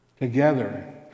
together